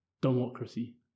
democracy